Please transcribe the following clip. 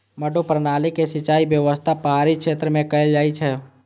मड्डू प्रणाली के सिंचाइ व्यवस्था पहाड़ी क्षेत्र मे कैल जाइ छै